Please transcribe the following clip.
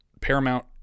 Paramount